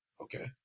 Okay